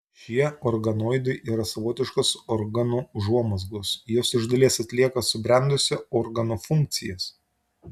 šie organoidai yra savotiškos organų užuomazgos jos iš dalies atlieka subrendusio organo funkcijas